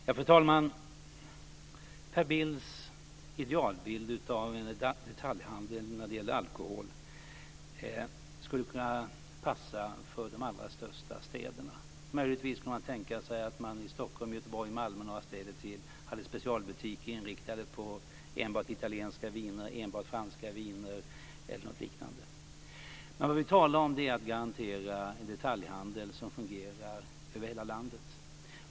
Fru talman! Per Bills idealbild av detaljhandeln för alkohol skulle kunna passa för de allra största städerna. Möjligtvis kan man tänka sig att man i Stockholm, Göteborg, Malmö och i några städer till har specialbutiker som är inriktade på enbart italienska viner, enbart franska viner eller något liknande. Men vad vi talar om är att garantera en detaljhandel som fungerar över hela landet.